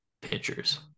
pitchers